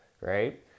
right